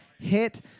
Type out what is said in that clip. hit